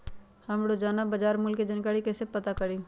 हम रोजाना बाजार मूल्य के जानकारी कईसे पता करी?